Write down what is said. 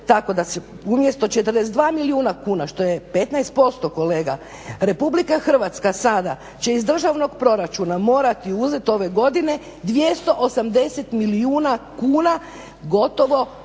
Tako da umjesto 42 milijuna kuna što je 15% kolega. Republika Hrvatska sada će iz državnog proračuna morati uzeti ove godine 280 milijuna kuna gotovo kojih